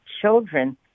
children